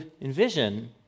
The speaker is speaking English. envision